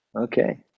Okay